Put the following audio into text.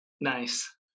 Nice